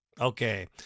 Okay